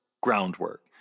Groundwork